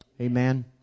Amen